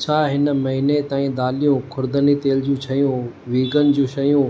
छा हिन महीने ताईं दालियूं ख़ुर्दनी तेल जूं शयूं वीगन जूं शयूं